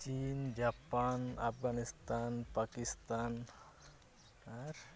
ᱪᱤᱱ ᱡᱟᱯᱟᱱ ᱟᱯᱷᱜᱟᱱᱤᱥᱛᱷᱟᱱ ᱯᱟᱠᱤᱥᱛᱷᱟᱱ ᱟᱨ